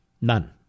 None